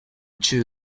two